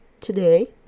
today